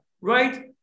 right